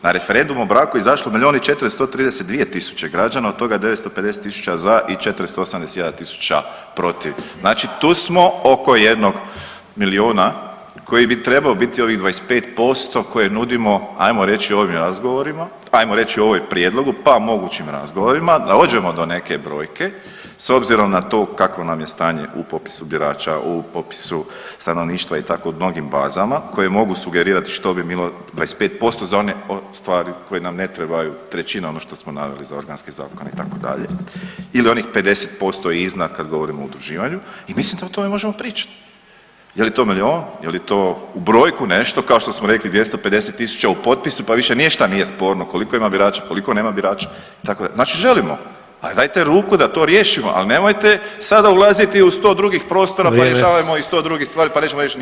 Na referendum o braku je izašlo milijun i 432 tisuće građana, od toga 950 tisuća za i 481 tisuća protiv, znači tu smo oko jednog milijuna koji bi trebao biti ovih 25% koje nudimo ajmo reći ovim razgovorima, ajmo reći u ovom prijedlogu, pa mogućim razgovorima da dođemo do neke brojke s obzirom na to kakvo nam je stanje u popisu birača, u popisu stanovništva i tako u mnogim bazama koje mogu sugerirat što bi bilo 25% za one stvari koje nam ne trebaju, trećina ono što smo naveli za organske zakone itd. ili onih 50% iznad kad govorimo o udruživanju i mislim da o tome možemo pričat, je li to milijun, je li to u brojku nešto kao što smo rekli 250 tisuća u potpisu, pa više ništa nije sporno koliko ima birača, koliko nema birača itd., znači želimo, ali dajte ruku da to riješimo, al nemojte sada ulaziti u 100 drugih prostora, pa rješavajmo ovih 100 drugih stvari, pa nećemo niš, nijednu.